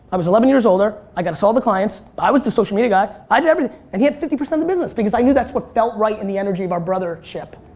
i was eleven years older. i got us all the clients. i was the social media guy. i did everything and he had fifty percent of the business because i knew that's what felt right in the energy of our brothership.